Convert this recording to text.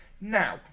Now